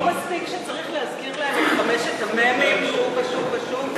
לא מספיק שצריך להזכיר להם את חמשת המ"מים שוב ושוב ושוב,